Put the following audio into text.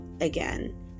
again